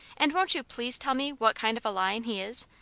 and won't you please tell me what kind of a lion he is,